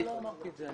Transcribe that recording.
לא אמרתי את זה.